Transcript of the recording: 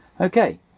Okay